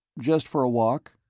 just for a walk.